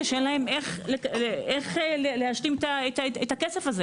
ואין להם איך לשלם את ההשתתפות העצמית,